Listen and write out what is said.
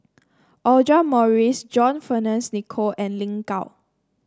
Audra Morrice John Fearns Nicoll and Lin Gao